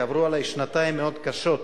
כי עברו עלי שנתיים מאוד קשות.